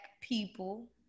people